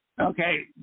Okay